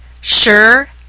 sure